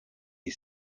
you